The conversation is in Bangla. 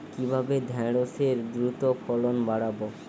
কিভাবে ঢেঁড়সের দ্রুত ফলন বাড়াব?